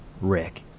Rick